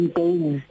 days